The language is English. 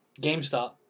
GameStop